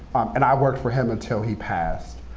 and i worked for him until he passed.